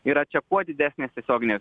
yra čia kuo didesnės tiesioginės